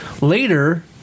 later